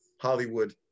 Hollywood